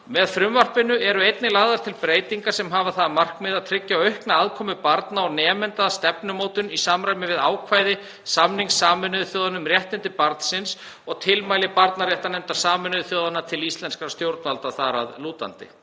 Með frumvarpinu eru einnig lagðar til breytingar sem hafa það að markmiði að tryggja aukna aðkomu barna og nemenda að stefnumótun í samræmi við ákvæði samnings Sameinuðu þjóðanna um réttindi barnsins og tilmæli barnaréttarnefndar Sameinuðu þjóðanna til íslenskra stjórnvalda þar að lútandi.